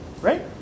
Right